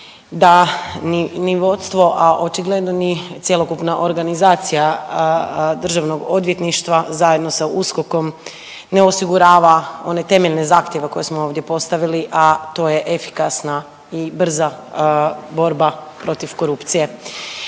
da ni vodstvo, a očigledno ni cjelokupna organizacija DORH-a zajedno sa USKOK-om ne osigurava one temeljne zahtjeve koje smo ovdje postavili, a to je efikasna i brza borba protiv korupcije.